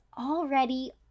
already